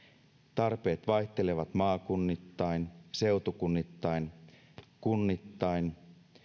tarpeet vaihtelevat maakunnittain seutukunnittain kunnittain